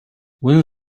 when